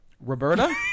Roberta